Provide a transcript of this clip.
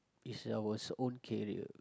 is our own career